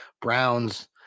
Brown's